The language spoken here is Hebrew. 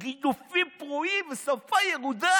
"גידופים פרועים ושפה ירודה",